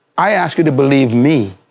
i asked you to believe me.